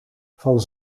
van